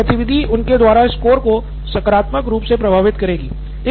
इसलिए यह गतिविधि उनके द्वारा स्कोर को सकारात्मक रूप से प्रभावित करेगी